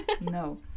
No